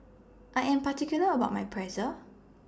I Am particular about My Pretzel